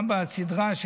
גם בסדרה,